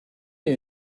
you